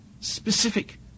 specific